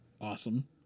awesome